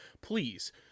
Please